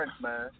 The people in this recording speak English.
man